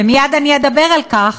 ומייד אני אדבר על כך,